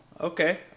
Okay